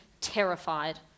terrified